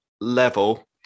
level